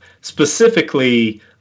specifically –